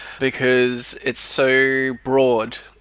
because it's so broad.